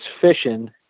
fishing